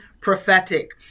prophetic